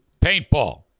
Paintball